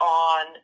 on